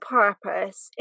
purpose